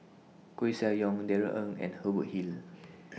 Koeh Sia Yong Darrell Ang and Hubert Hill